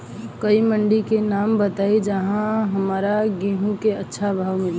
कोई मंडी के नाम बताई जहां हमरा गेहूं के अच्छा भाव मिले?